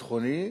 משהו ביטחוני,